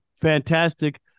fantastic